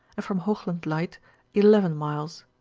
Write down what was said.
and from hoogland light eleven miles.